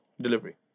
delivery